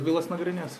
bylas nagrinės